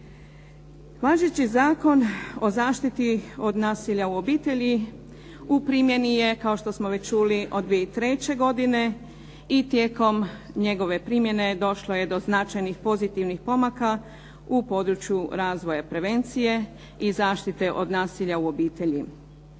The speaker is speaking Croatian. Važeći Zakon o zaštiti od nasilja u obitelji u primjeni je, kao što smo već čuli od 2003. godine i tijekom njegove primjene došlo je do značajnih pozitivnih pomaka u području razvoja prevencije i zaštite od nasilja u obitelji.